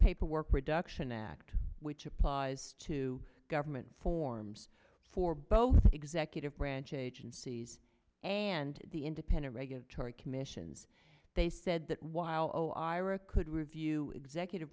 paperwork reduction act which applies to government forms for both executive branch agencies and the independent regulatory commissions they said that while o r a could review executive